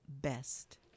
best